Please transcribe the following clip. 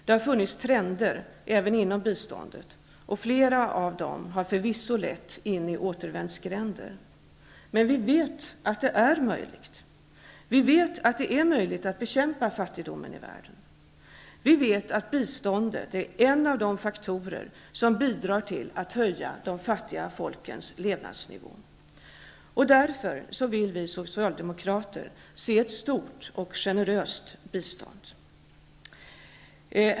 Det har funnits trender även när det gäller biståndet, och flera av dessa har förvisso lett in i återvändsgränder. Men vi vet att det är möjligt. Vi vet att det är möjligt att bekämpa fattigdomen i världen. Vi vet att biståndet är en av de faktorer som bidrar till att höja de fattiga folkens levnadsnivå. Därför vill vi socialdemokrater se ett stort och generöst bistånd.